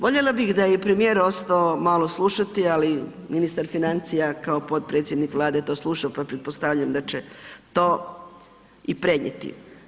Voljela bih da je i premijer ostao moralo slušati, ali ministar financija kao potpredsjednik Vlade to sluša pa pretpostavljam da će to i prenijeti.